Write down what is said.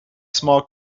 small